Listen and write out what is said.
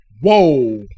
Whoa